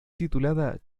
titulada